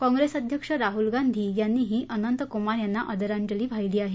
काँप्रेस अध्यक्ष राहुल गांधी यांनी ही अनंत कुमार यांना आदरांजली वाहिली आहे